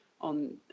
on